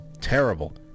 Terrible